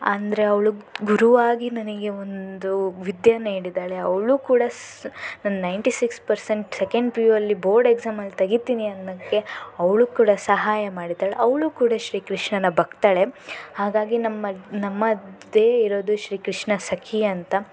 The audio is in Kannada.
ಅಂದರೆ ಅವಳು ಗುರುವಾಗಿ ನನಗೆ ಒಂದು ವಿದ್ಯೆಯನ್ನು ಹೇಳಿದ್ದಾಳೆ ಅವಳೂ ಕೂಡ ಸ್ ನಾನು ninety six percent second P U ಅಲ್ಲಿ ಬೋರ್ಡ್ ಎಕ್ಸಾಮಲ್ಲಿ ತೆಗಿತೀನಿ ಅನ್ನೋಕ್ಕೆ ಅವಳು ಕೂಡ ಸಹಾಯ ಮಾಡಿದಾಳೆ ಅವಳೂ ಕೂಡ ಶ್ರೀ ಕೃಷ್ಣನ ಭಕ್ತಳೆ ಹಾಗಾಗಿ ನಮ್ ಮಧ್ ನಮ್ಮ ಮಧ್ಯೆ ಇರೋದು ಶ್ರೀ ಕೃಷ್ಣ ಸಖಿ ಅಂತ